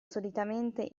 solitamente